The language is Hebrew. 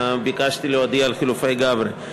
ביקשתי להודיע על חילופי גברי.